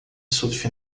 surf